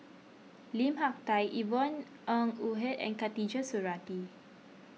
Lim Hak Tai Yvonne Ng Uhde and Khatijah Surattee